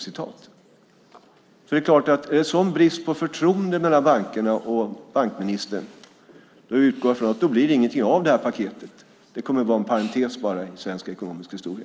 Är det en sådan brist på förtroende mellan bankerna och bankministern utgår jag från att det inte blir något av det här paketet. Det kommer att vara en parentes i svensk ekonomisk historia.